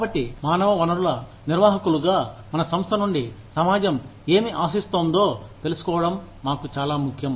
కాబట్టి మానవ వనరుల నిర్వాహకులుగా మన సంస్థ నుండి సమాజం ఏమి ఆశిస్తోందో తెలుసుకోవడం మాకు చాలా ముఖ్యం